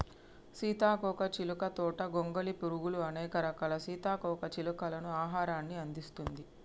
సీతాకోక చిలుక తోట గొంగలి పురుగులు, అనేక రకాల సీతాకోక చిలుకలకు ఆహారాన్ని అందిస్తుంది